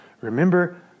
remember